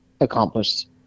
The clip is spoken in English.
accomplished